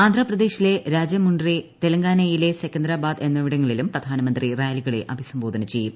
ആന്ധ്രാപ്രദേശിലെ രജമുണ്ടെ തെലങ്കാനയിലെ സെക്കന്തരാബാദ് എന്നിവിടങ്ങളിലും പ്രധാനമന്ത്രി റാലികളെ അഭിസംബോധന ചെയ്യും